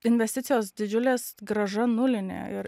investicijos didžiulės grąža nulinė ir